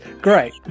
Great